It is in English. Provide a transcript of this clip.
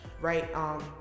right